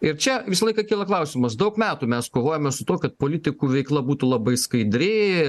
ir čia visą laiką kyla klausimas daug metų mes kovojame su tuo kad politikų veikla būtų labai skaidri